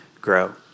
grow